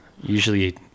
usually